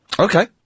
Okay